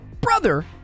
Brother